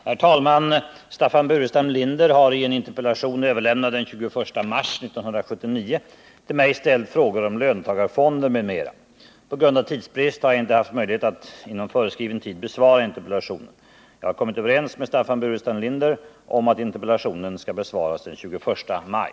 Herr talman! Staffan Burenstam Linder har i en interpellation, överlämnad den 21 mars 1979, till mig ställt frågor om löntagarfonder m.m. På grund av tidsbrist har jag inte haft möjlighet att inom föreskriven tid besvara interpellationen. Jag har kommit överens med Staffan Burenstam Linder om att interpellationen skall besvaras den 21 maj.